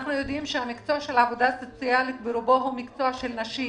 אנחנו יודעים שהמקצוע של עבודה סוציאלית ברובו הוא מקצוע של נשים.